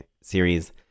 series